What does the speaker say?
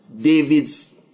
David's